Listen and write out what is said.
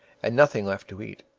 and nothing left to eat.